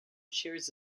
shares